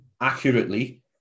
accurately